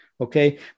Okay